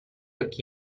occhi